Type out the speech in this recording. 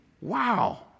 Wow